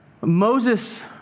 Moses